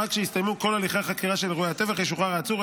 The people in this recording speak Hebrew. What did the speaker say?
רק כשיסתיימו כל הליכי חקירה של אירועי הטבח ישוחרר העצור,